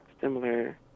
similar